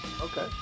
Okay